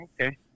Okay